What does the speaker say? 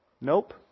Nope